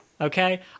okay